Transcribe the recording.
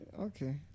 okay